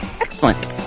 Excellent